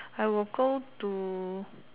I will go to